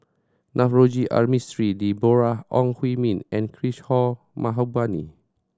Navroji R Mistri Deborah Ong Hui Min and Kishore Mahbubani